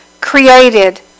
created